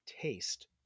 taste